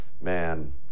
man